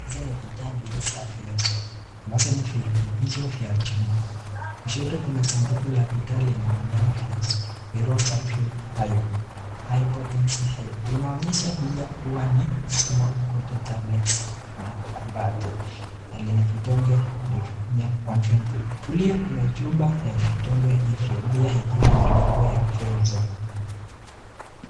Hizi ni bidha mbili za Feosol ambazo ni virutubisho vya chuma. Kushoto kuna sanduku la bidha lenye maneno Feosol, Ferrous Sulphate Iron. High potency iron . Linaonyesha pia kuwa ni small coated tablets na lina vidonge one twenty ,. Kulia kuna chupa ya vitonge hivyo pia ikiwa na lebo ya Feosol.